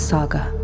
Saga